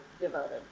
devoted